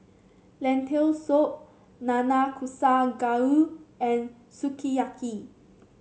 Lentil Soup Nanakusa Gayu and Sukiyaki